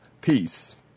peace